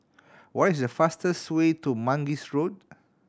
what is the fastest way to Mangis Road